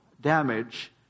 damage